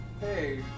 Hey